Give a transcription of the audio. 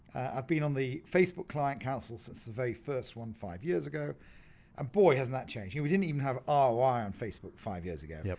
i've been on the facebook client council since the very first one five years ago and boy hasn't that changed. we didn't even have ry ah on facebook five years ago. yeah